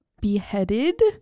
beheaded